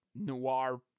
Noir